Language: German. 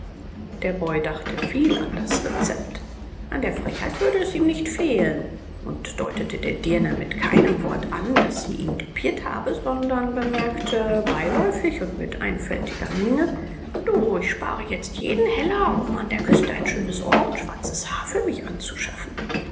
der boy dachte viel an das rezept an der frechheit würde es ihm nicht fehlen und deutete der dirne mit keinem worte an daß sie ihn düpiert habe sondern bemerkte beiläufig und mit einfältiger miene du ich spare jetzt jeden heller um an der küste ein schönes ohr und ein schwarzes haar mir anzuschaffen